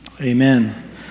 Amen